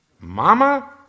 Mama